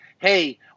Hey